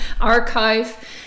archive